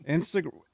Instagram